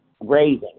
raising